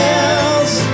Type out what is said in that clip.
else